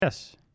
Yes